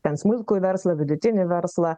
ten smulkųjį verslą vidutinį verslą